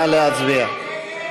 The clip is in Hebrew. נא להצביע.